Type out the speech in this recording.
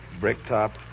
Bricktop